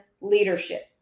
leadership